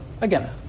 again